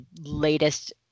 latest